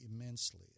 immensely